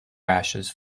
rashes